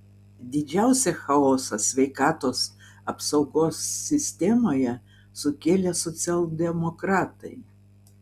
didžiausią chaosą sveikatos apsaugos sistemoje sukėlė socialdemokratai